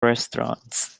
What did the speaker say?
restaurants